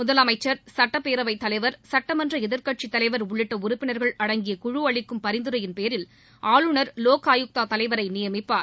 முதலமைச்சர் சுட்டப்பேரவை தலைவர் சுட்டமன்ற எதிர்கட்சித் தலைவர் உள்ளிட்ட உறுப்பினர்கள் அடங்கிய குழு அளிக்கும் பரிந்துரையின் பேரில் ஆளுநர் லோக் ஆயுக்தா தலைவரை நியமிப்பார்